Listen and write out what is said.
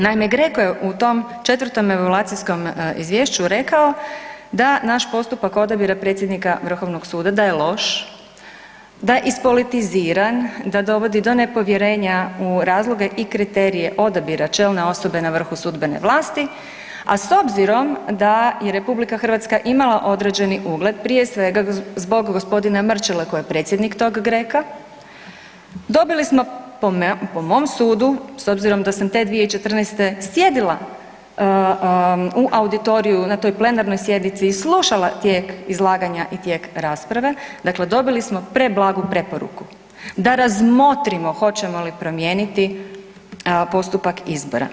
Naime, GRECO je u tom 4 evaluacijskom izvješću rekao da naš postupak odabira predsjednika Vrhovnog suda da je loš, da je ispolitiziran, da dovodi do nepovjerenja u razloge i kriterije odabira čelne osobe na vrhu sudbene vlasti, a s obzirom da je RH imala određeni ugled prije svega zbog gospodina Mrčele koji je predsjednik tog GRECA, dobili smo po mom sudu s obzirom da sam te 2014. sjedila u auditoriju na toj plenarnoj sjednici i slušala tijek izlaganja i tijek rasprave, dakle dobili smo preblagu preporuku, da razmotrimo hoćemo li promijeniti postupak izbora.